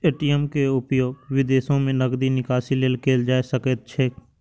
ATM के उपयोग विदेशो मे नकदी निकासी लेल कैल जा सकैत छैक